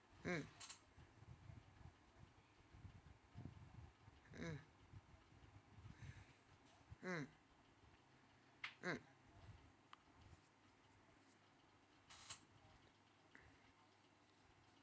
mm mm mm mm